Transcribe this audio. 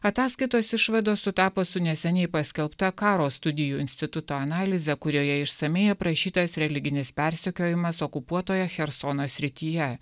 ataskaitos išvados sutapo su neseniai paskelbta karo studijų instituto analize kurioje išsamiai aprašytas religinis persekiojimas okupuotoje chersono srityje